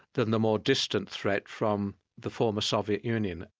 than the more distant threat from the former soviet union.